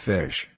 Fish